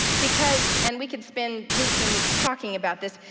because, and we could spend weeks and weeks talking about this,